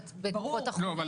היא